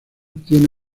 tiene